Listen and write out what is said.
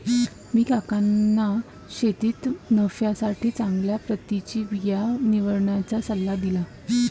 मी काकांना शेतीत नफ्यासाठी चांगल्या प्रतीचे बिया निवडण्याचा सल्ला दिला